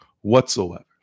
whatsoever